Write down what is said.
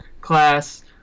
class